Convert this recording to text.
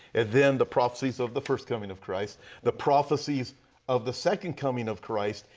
and then the prophecies of the first coming of christ the prophecies of the second coming of christ.